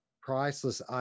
priceless